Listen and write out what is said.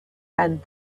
and